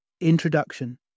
Introduction